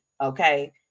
okay